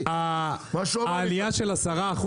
העלייה של 10%,